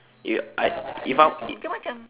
you I if I i~